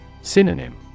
Synonym